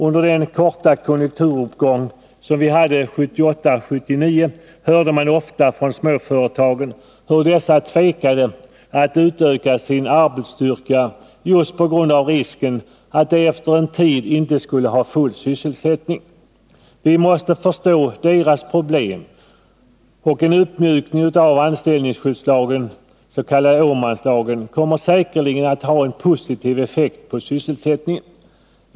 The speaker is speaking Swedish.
Under den korta konjunkturuppgång vi hade 1978-1979 hörde man ofta från småföretagen att dessa tvekade att utöka sin arbetsstyrka just på grund av risken att den efter en tid inte skulle ha full sysselsättning. Vi måste förstå deras problem. En uppmjukning av anställningsskyddslagen, den s.k. Åmanlagen, kommer säkerligen att ha en positiv effekt på sysselsättningen.